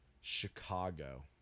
Chicago